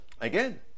Again